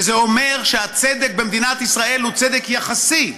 וזה אומר שהצדק במדינת ישראל הוא צדק יחסי: